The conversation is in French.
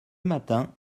matin